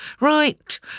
Right